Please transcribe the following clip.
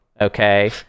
Okay